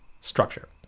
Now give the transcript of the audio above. structure